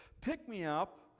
pick-me-up